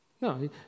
No